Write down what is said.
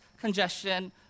congestion